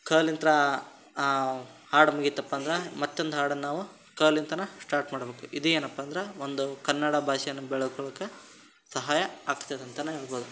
ಕ ಲಿಂದಾ ಹಾಡು ಮುಗೀತಪ್ಪ ಅಂದ್ರೆ ಮತ್ತೊಂದು ಹಾಡನ್ನು ನಾವು ಕ ಲಿಂದನೇ ಸ್ಟಾಟ್ ಮಾಡಬೇಕು ಇದು ಏನಪ್ಪ ಅಂದ್ರೆ ಒಂದು ಕನ್ನಡ ಭಾಷೇನಾ ಬೆಳಕೊಳ್ಳೋಕೆ ಸಹಾಯ ಆಗ್ತದೆ ಅಂತಾನೇ ಹೇಳ್ಬೋದು